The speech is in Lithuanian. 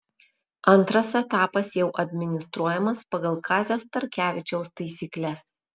antras etapas jau administruojamas pagal kazio starkevičiaus taisykles